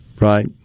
Right